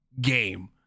game